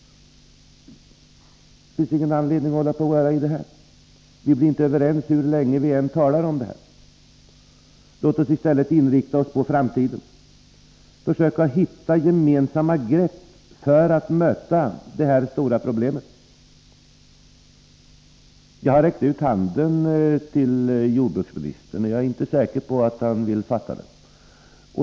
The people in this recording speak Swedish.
Det finns ingen anledning att hålla på att gräva i det. Vi blir inte Om åtgärder mot överens hur länge vi än talar om det. Låt oss i stället inrikta oss på framtiden, försurning av mark försöka hitta gemensamma grepp för att möta detta stora problem. Jag har och vatten räckt ut handen till jordbruksministern, men jag är inte säker på att han vill fatta den.